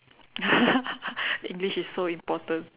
English is so important